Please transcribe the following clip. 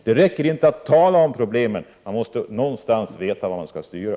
Det räcker inte att tala om problemen; man måste någonstans veta vad man skall styra.